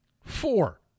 Four